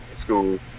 school